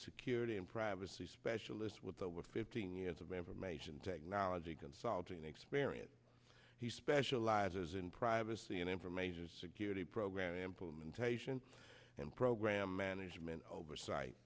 security and privacy specialist with the with fifteen years of information technology consulting experience he specializes in privacy and information security program implementation and program management oversight